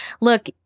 Look